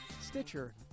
Stitcher